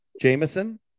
Jameson